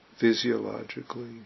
physiologically